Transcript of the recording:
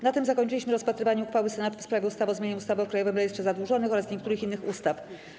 Na tym zakończyliśmy rozpatrywanie uchwały Senatu w sprawie ustawy o zmianie ustawy o Krajowym Rejestrze Zadłużonych oraz niektórych innych ustaw.